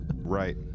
right